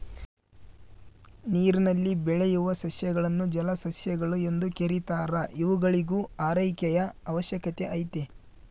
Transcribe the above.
ನೀರಿನಲ್ಲಿ ಬೆಳೆಯುವ ಸಸ್ಯಗಳನ್ನು ಜಲಸಸ್ಯಗಳು ಎಂದು ಕೆರೀತಾರ ಇವುಗಳಿಗೂ ಆರೈಕೆಯ ಅವಶ್ಯಕತೆ ಐತೆ